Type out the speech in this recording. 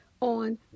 on